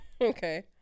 Okay